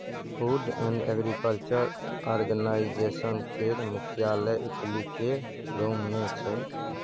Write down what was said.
food and agriculture organization केर मुख्यालय Italy केर रोम मे छै